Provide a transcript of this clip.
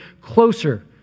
closer